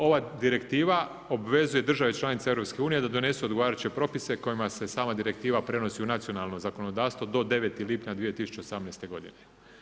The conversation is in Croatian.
Ova direktiva obvezuje države članice Europske unije da donesu odgovarajuće propise kojima se sama direktiva prenosi u nacionalno zakonodavstvo do 9. lipnja 2018. godine.